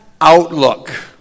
outlook